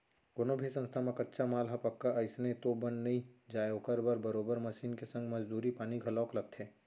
कोनो भी संस्था म कच्चा माल ह पक्का अइसने तो बन नइ जाय ओखर बर बरोबर मसीन के संग मजदूरी पानी घलोक लगथे